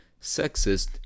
sexist